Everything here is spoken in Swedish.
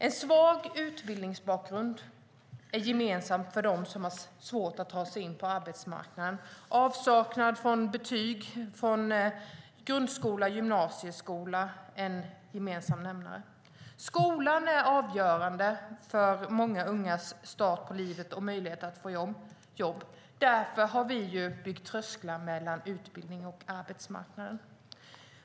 En svag utbildningsbakgrund är gemensamt för dem som har svårt att ta sig in på arbetsmarknaden. Avsaknad av betyg från grundskola eller gymnasieskola är en gemensam nämnare. Skolan är avgörande för många ungas start i livet och möjligheter till jobb. Därför har vi byggt trösklar mellan utbildningen och arbetsmarknaden.